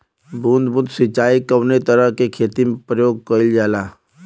बूंद बूंद सिंचाई कवने तरह के खेती में प्रयोग कइलजाला?